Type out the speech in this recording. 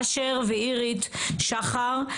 אשר ואירית שחר,